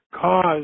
Cause